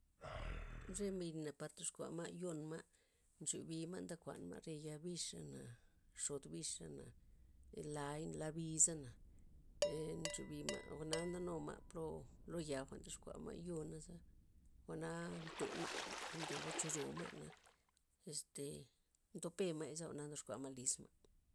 Re mbina' par toxkua ma' yon ma', nxubima' nda kuanma' re yaa bixa' na, xod bixa'na, elai- laa biza' na, nxubima' o jwa'na ndenuma' pro lo yaa jwa'n toxkua ma' yoo naza' jwa'na ntema', ndoba'choroo ma' na' este ndope ma'zya jwa'na ndoxkua ma' liz ma'.